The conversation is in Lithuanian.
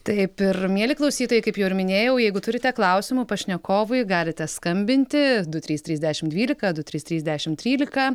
taip ir mieli klausytojai kaip jau ir minėjau jeigu turite klausimų pašnekovui galite skambinti du trys trys dešim dvylika du trys trys dešim trylika